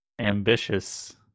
ambitious